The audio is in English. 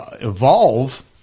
evolve